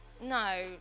No